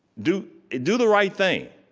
do do the right thing.